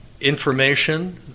information